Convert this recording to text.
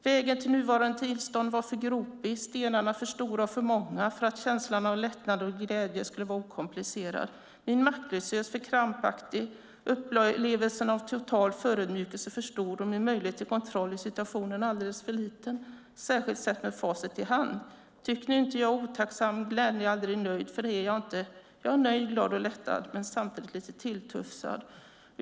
Vägen till nuvarande tillstånd var för gropig, stenarna för stora och för många för att känslan av lättnad och glädje ska vara helt okomplicerad. Min maktlöshet för krampaktig, upplevelsen av total förödmjukelse för stor - och min möjlighet till kontroll i situationen alldeles för liten, särskilt sett med facit i hand. Tyck nu inte att jag är otacksam, gnällig aldrig nöjd - för det är jag inte - jag är nöjd och glad och lättad - men samtidigt lite . tilltufsad."